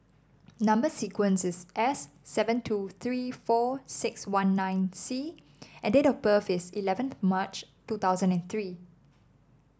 number sequence is S seven two three four six one nine C and date of birth is eleven March two thousand and three